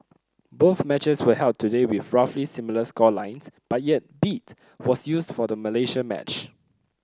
both matches were held today with roughly similar score lines but yet beat was used for the Malaysia match